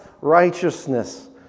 righteousness